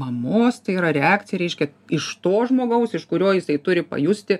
mamos tai yra reakcija reiškia iš to žmogaus iš kurio jisai turi pajusti